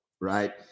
right